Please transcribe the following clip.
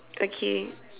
okay